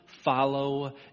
follow